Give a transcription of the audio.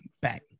back